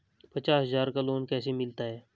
पचास हज़ार का लोन कैसे मिलता है?